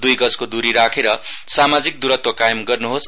दुई गजको दूरी राखेर सामाजिक दूरत्व कायम गर्नुहोस